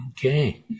Okay